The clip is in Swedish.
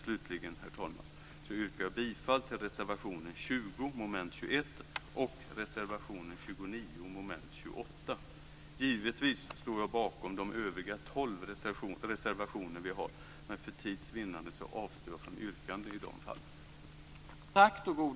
Slutligen yrkar jag bifall till reservation 20 under mom. 21 och reservation 29 under mom. 28. Givetvis står jag bakom de övriga 12 reservationer vi har, men för tids vinnande avstår jag från yrkande i de fallen.